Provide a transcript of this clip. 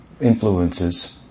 influences